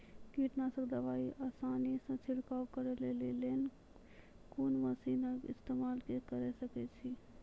कीटनासक दवाई आसानीसॅ छिड़काव करै लेली लेल कून मसीनऽक इस्तेमाल के सकै छी?